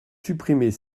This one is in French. supprimer